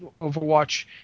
Overwatch